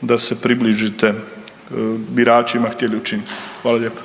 da se približite biračima htjeli učiniti. Hvala lijepa.